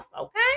okay